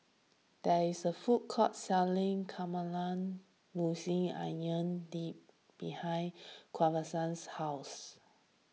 there is a food court selling Caramelized Onion Dip behind house